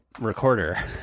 recorder